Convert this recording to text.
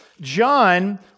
John